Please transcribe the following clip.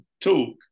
talk